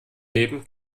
leben